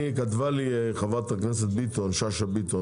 חברת הכנסת שאשא ביטון,